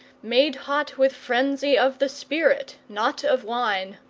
made hot with frenzy of the spirit, not of wine.